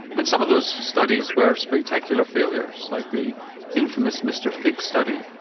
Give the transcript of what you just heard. and some of those studies were spectacular failures, like the infamous mrfit study.